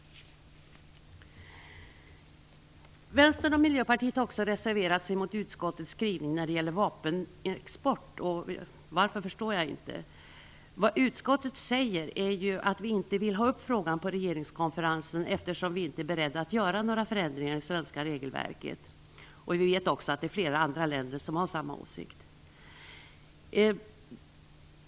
Vänstern och Miljöpartiet har också reserverat sig mot utskottets skrivning när det gäller vapenexport - varför förstår jag inte. Vad utskottet säger är ju att vi inte vill ha upp frågan på regeringskonferensen, eftersom vi inte är beredda att göra några förändringar i det svenska regelverket. Vi vet också att flera andra länder har samma åsikt.